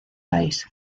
país